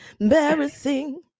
embarrassing